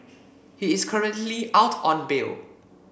he is currently out on bail